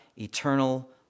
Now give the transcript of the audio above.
eternal